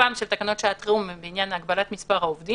תוקפן של תקנות שעת חירום בעניין הגבלת מספר העובדים,